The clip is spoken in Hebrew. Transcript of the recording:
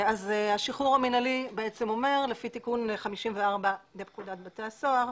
השחרור המינהלי לפי תיקון 54 לפקודת בתי הסוהר,